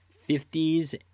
fifties